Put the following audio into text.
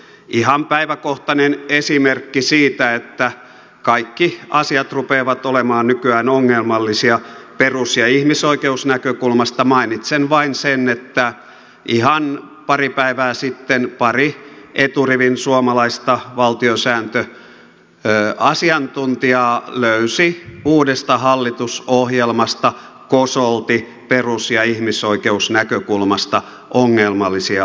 ihan päiväkohtaisena esimerkkinä siitä että kaikki asiat rupeavat olemaan nykyään ongelmallisia perus ja ihmisoikeusnäkökulmasta mainitsen vain sen että ihan pari päivää sitten pari eturivin suomalaista valtiosääntöasiantuntijaa löysi uudesta hallitusohjelmasta kosolti perus ja ihmisoikeusnäkökulmasta ongelmallisia asioita